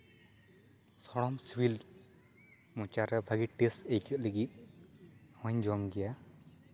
ᱥᱚᱲᱚᱢ ᱥᱤᱵᱤᱞ ᱢᱚᱪᱟᱨᱮ ᱵᱷᱟᱹᱜᱤ ᱴᱮᱥᱴ ᱟᱹᱭᱠᱟᱹᱜ ᱞᱟᱹᱜᱤᱫ ᱦᱚᱧ ᱡᱚᱢ ᱜᱮᱭᱟ